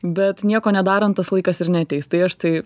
bet nieko nedarant tas laikas ir neateis tai aš tai